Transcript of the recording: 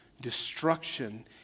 destruction